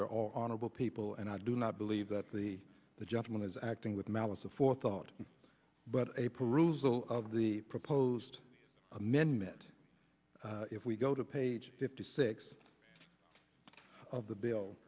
are all honorable people and i do not believe that the the gentleman is acting with malice of forethought but a perusal of the proposed amendment if we go to page fifty six of the bill